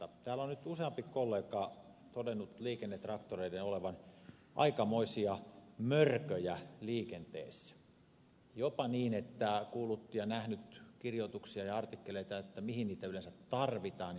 täällä on nyt useampi kollega todennut liikennetraktoreiden olevan aikamoisia mörköjä liikenteessä jopa niin että on kuullut ja nähnyt kirjoituksia ja artikkeleita siitä mihin niitä yleensä tarvitaan ja niin edelleen